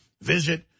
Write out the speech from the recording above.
visit